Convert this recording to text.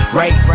right